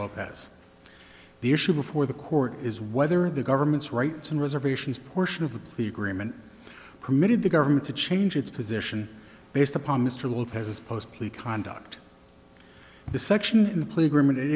lopez the issue before the court is whether the government's rights and reservations portion of the plea agreement permitted the government to change its position based upon mr lopez's post please conduct the section in the plea agreement